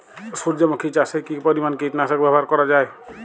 সূর্যমুখি চাষে কি পরিমান কীটনাশক ব্যবহার করা যায়?